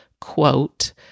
quote